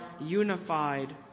unified